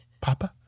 Papa